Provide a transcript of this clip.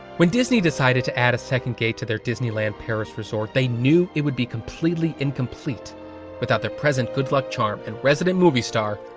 when disney decided to add a second gate to their disneyland paris resort they knew it would be completely incomplete without their present good luck charm and resident movie star,